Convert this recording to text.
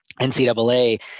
NCAA